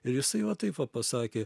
ir jisai va taip va pasakė